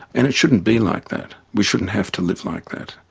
and it shouldn't be like that we shouldn't have to live like that.